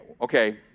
okay